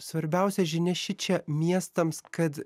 svarbiausia žinia šičia miestams kad